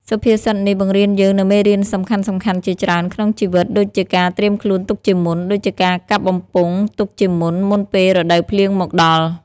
សុភាសិតនេះបង្រៀនយើងនូវមេរៀនសំខាន់ៗជាច្រើនក្នុងជីវិតដូចជាការត្រៀមខ្លួនទុកជាមុន ដូចជាការកាប់បំពង់ទុកជាមុន មុនពេលរដូវភ្លៀងមកដល់។